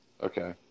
Okay